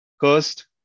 cursed